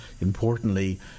importantly